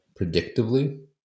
predictively